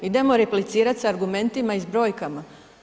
Idemo replicirati sa argumentima i s brojkama.